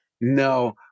no